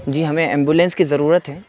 جی ہمیں ایمبولینس کی ضرورت ہے